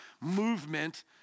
movement